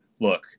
look